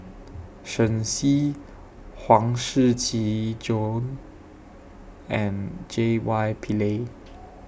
Shen Xi Huang Shiqi John and J Y Pillay